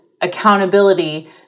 accountability